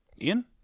Ian